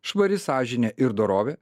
švari sąžinė ir dorovė